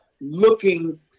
looking